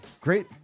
Great